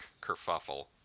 kerfuffle